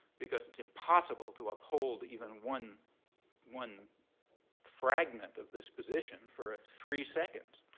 because it's impossible to uphold even one one fragment of this position for ah three seconds.